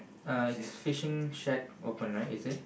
uh it's fishing shed open right is it